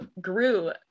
grew